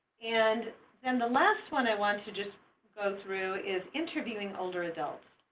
and and the last one i want to just go through is interviewing older adults.